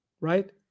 Right